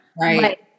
Right